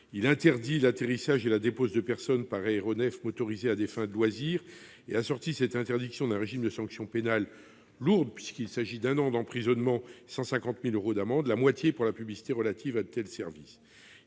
à interdire l'atterrissage et la dépose de personnes par aéronef motorisé à des fins de loisirs, en assortissant cette interdiction d'un régime de sanctions pénales lourdes, puisqu'il s'agit d'un an d'emprisonnement et de 150 000 euros d'amende et de six mois d'emprisonnement et de 75 000